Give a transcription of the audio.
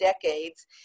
decades